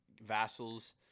vassals